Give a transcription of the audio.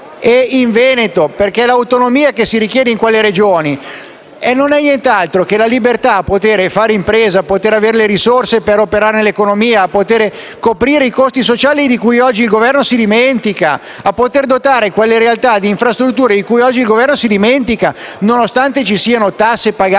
e in Veneto, perché l'autonomia che si richiede in quelle Regioni non è nient'altro che la libertà di poter fare impresa, di poter avere le risorse per operare nell'economia, di poter coprire i costi sociali di cui oggi il Governo si dimentica, di poter dotare quelle realtà di infrastrutture di cui oggi il Governo si dimentica, nonostante ci siano tasse pagate